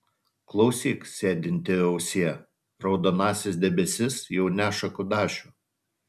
klausyk sėdinti ausie raudonasis debesis jau neša kudašių